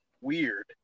weird